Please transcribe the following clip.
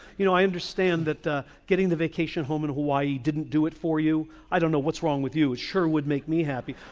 you know i understand that getting the vacation home in hawaii didn't do it for you, i don't know what's wrong with you, it sure would make me happy.